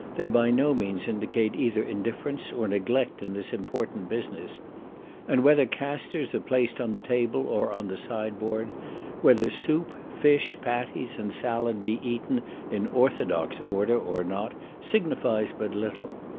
they by no means indicate either indifference or neglect in this important business and whether castors are placed on the table or on the sideboard whether soup, fish, patties, and salad be eaten in orthodox order or not, signifies but little.